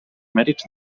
mèrits